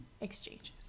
exchanges